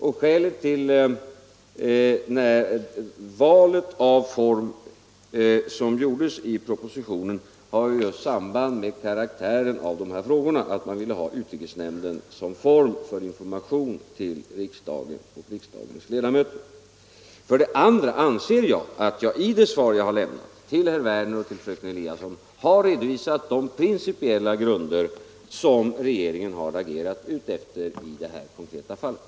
Det val av form för informationen som gjordes i propositionen har just samband med frågans karaktär — man vill ha utrikesnämnden som forum för information till riksdagens ledamöter. För det andra: Jag anser att jag i de svar jag lämnat till herr Werner i Tyresö och fröken Eliasson har redovisat de principiella grunder som regeringen har agerat utifrån i det här konkreta fallet.